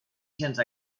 sense